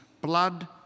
blood